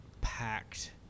packed